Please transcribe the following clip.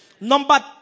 Number